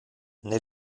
nel